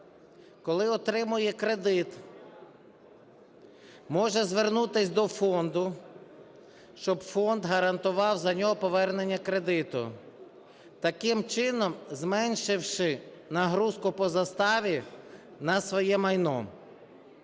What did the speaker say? коли отримує кредит, може звернутись до фонду, щоб фонд гарантував за нього повернення кредиту, таким чином зменшивши нагрузку по заставі на своє майно.